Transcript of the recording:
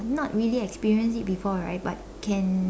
not really experience it before right but can